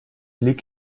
lieg